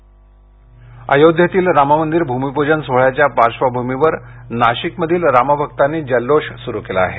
अयोध्या अयोद्धेतील राममंदिर भूमिपूजन सोहळ्याच्या पार्श्वभूमीवर नाशिकमधील रामभक्तांनी जल्लोष सुरू केला आहे